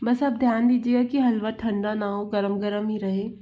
बस अब ध्यान दीजिएगा कि हलवा ठंडा ना हो गर्म गर्म ही रहे